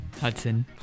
Hudson